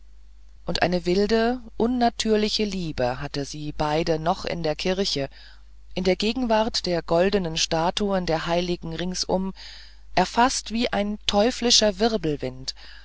und eine wilde unnatürliche liebe hatte sie beide noch in der kirche in der gegenwart der goldenen statuen der heiligen ringsum erfaßt wie ein teuflischer wirbelwind